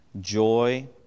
joy